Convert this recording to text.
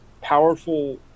powerful